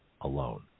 alone